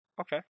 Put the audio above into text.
Okay